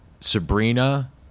sabrina